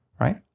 right